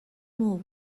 more